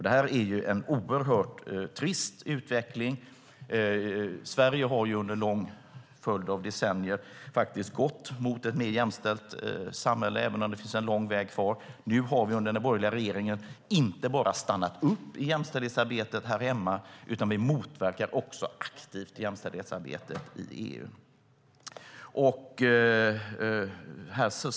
Detta är en oerhört trist utveckling. Sverige har under en lång följd av decennier gått mot ett mer jämställt samhälle, även om det finns en lång väg kvar. Nu har vi under den borgerliga regeringen inte bara stannat upp i jämställdhetsarbetet här hemma. Vi motverkar också aktivt jämställdhetsarbetet i EU.